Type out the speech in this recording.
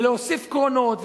ולהוסיף קרונות,